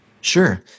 Sure